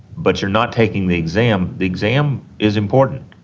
but you're not taking the exam, the exam is important,